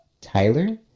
Tyler